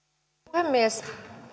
puhemies